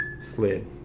slid